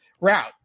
route